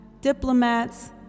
diplomats